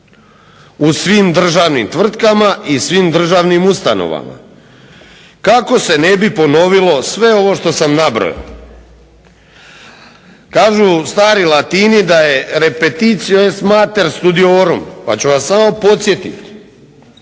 u svim državnim tvrtkama i svim državnim ustanovama kako se ne bi ponovilo sve ovo što sam nabrojao. Kažu stari Latini da je repeticio es mater studiorum, pa ću vas samo podsjetiti